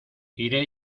iré